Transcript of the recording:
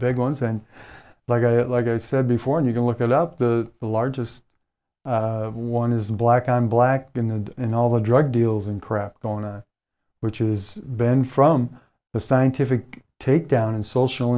big ones and like i like i said before and you can look it up the largest one is black on black in and in all the drug deals and crap going on which is banned from the scientific take down in social